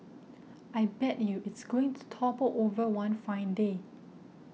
I bet you it's going to topple over one fine day